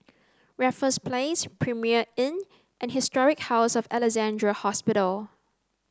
Raffles Place Premier Inn and Historic House of Alexandra Hospital